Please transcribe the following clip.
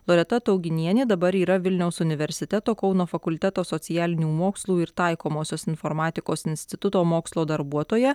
loreta tauginienė dabar yra vilniaus universiteto kauno fakulteto socialinių mokslų ir taikomosios informatikos instituto mokslo darbuotoja